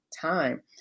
time